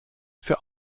für